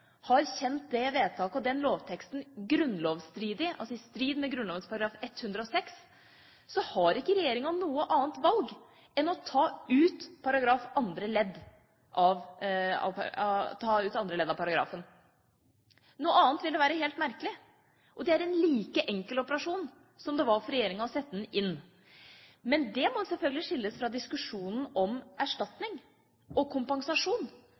har kjent dette vedtaket og denne lovteksten grunnlovsstridig, altså i strid med Grunnloven § 106, har regjeringa ikke noe annet valg enn fjerne andre ledd i paragrafen. Noe annet ville være helt merkelig. Og det er en like enkel operasjon som det var for regjeringa å sette leddet inn. Men dette må selvfølgelig skilles fra diskusjonen om erstatning og kompensasjon.